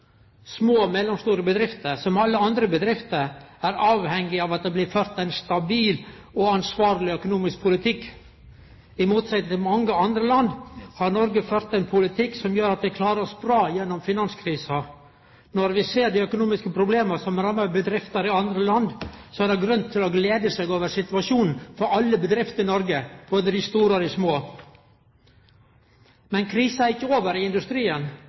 Små og mellomstore bedrifter, som alle andre bedrifter, er avhengige av at det blir ført ein stabil og ansvarleg økonomisk politikk. I motsetjing til mange andre land har Noreg ført ein politikk som gjer at vi klarer oss bra gjennom finanskrisa. Når vi ser dei økonomiske problema som rammer bedrifter i andre land, er det grunn til å glede seg over situasjonen for alle bedrifter i Noreg, både dei store og dei små. Men krisa i industrien er ikkje over.